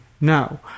no